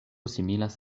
similas